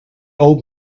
old